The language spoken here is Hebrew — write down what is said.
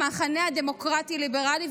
המחנה הדמוקרטי ליברלי,